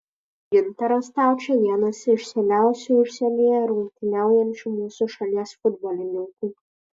gintaras staučė vienas iš seniausiai užsienyje rungtyniaujančių mūsų šalies futbolininkų